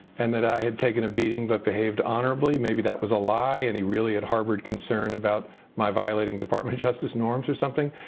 and that i had taken a beating but behaved honorably. maybe that was a lie and he really had harbored concern about my violating department of justice norms or something.